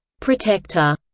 protector,